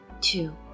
Two